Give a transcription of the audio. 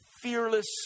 fearless